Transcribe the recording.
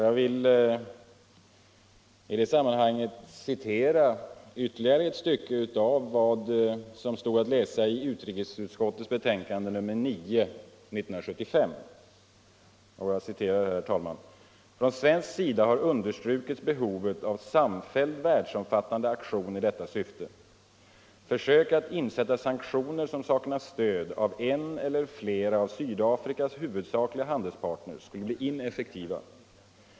Jag vill i det sammanhanget citera ytterligare eu stycke av vad som stod att läsa 1 utrikesutskottets betänkande nr 9 år 1975: ”Från svensk sida har understrukits behovet av en samfälld världsomfattande aktion i detta syfte. Försök att insätta sanktioner som saknar stöd av en eller flera av Svdafrikas huvudsakliga handelspartners skulle bli ineffektiva.